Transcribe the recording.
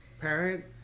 parent